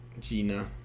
Gina